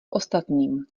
ostatním